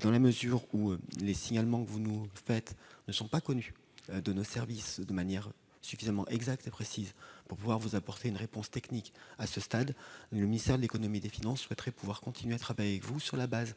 Dans la mesure où les signalements que vous nous faites ne nous sont pas connus de manière suffisamment précise pour que nous puissions vous apporter une réponse technique à ce stade, le ministère de l'économie et des finances souhaiterait pouvoir continuer à travailler avec vous sur la base